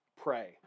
pray